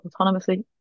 autonomously